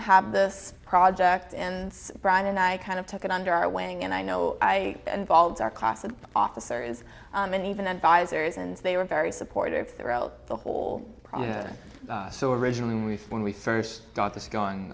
have this project and brian and i kind of took it under our wing and i know i involved our class an officer is an even advisers and they were very supportive throughout the whole process so originally when we when we first got this go